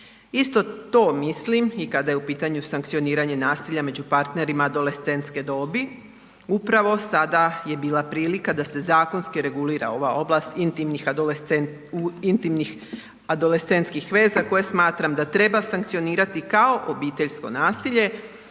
Isto to mislim i kada je u pitanju sankcioniranje nasilja među partnerima adolescentske dobi. Upravo sada je bila prilika da se zakonski regulira ova oblast intimnih adolescentskih veza koje smatram da treba sankcionirati kao obiteljsko nasilje,